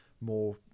more